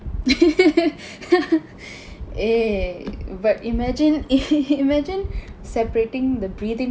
eh but imagine in~ imagine separating the breathing